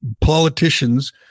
politicians